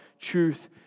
truth